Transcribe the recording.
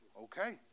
Okay